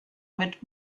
mit